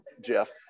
Jeff